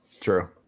True